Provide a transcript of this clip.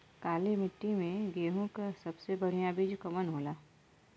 काली मिट्टी में गेहूँक सबसे बढ़िया बीज कवन होला?